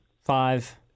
Five